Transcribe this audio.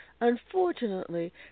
Unfortunately